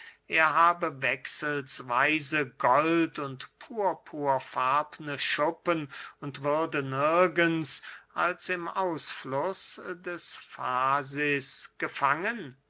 er habe wechselsweise gold und purpurfarbne schuppen und würde nirgends als im ausfluß des fasis gefangen